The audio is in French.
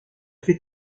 fait